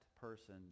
person